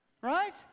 Right